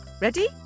Ready